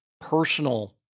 personal